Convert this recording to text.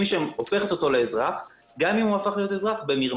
היא שהופכת אותו לאזרח גם אם הוא הפך להיות אזרח במרמה,